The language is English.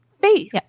faith